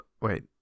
wait